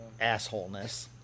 assholeness